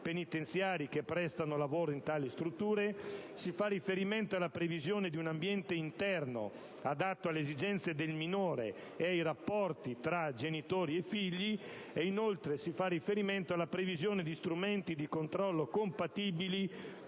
penitenziari che prestano lavoro in tali strutture; si fa riferimento alla previsione di un ambiente interno adatto alle esigenze del minore e ai rapporti tra genitori e figli; infine, si fa riferimento alla previsione di strumenti di controllo compatibili